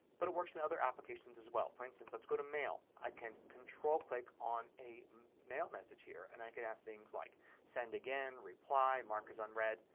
but it works in other applications as well. for instance let's go to mail. i can control click on a mail message here and i can have things like send again, reply, mark as unread.